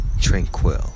tranquil